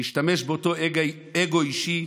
להשתמש באותו אגו אישי,